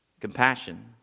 Compassion